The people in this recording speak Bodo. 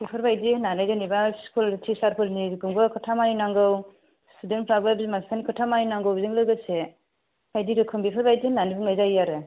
बेफोरबादि होन्नानै जेन'बा स्कुल थिसार फोरनिखौबो खोथा मानि नांगौ स्टुदेन फ्राबो बिमा बिफानि खोथा मानि नांगौ बेजों लोगोसे बायदि रोखोम बेफोरबायदि होन्नानै बुंनाय जायो आरो